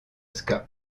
ska